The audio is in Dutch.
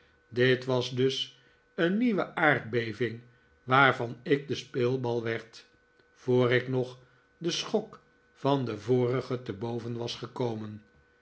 dit was dus een nieuwe aardbeving waarvan ik de speelbal werd voor ik nog den schok van de vorige te boven was gekomen